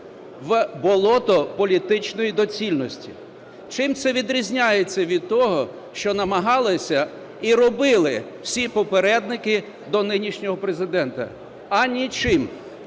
в "болото" політичної доцільності. Чим це відрізняється від того, що намагалися і робили всі попередники до нинішнього Президента – нічим.